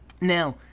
Now